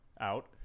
out